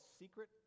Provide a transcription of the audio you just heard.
secret